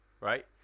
right